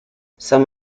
some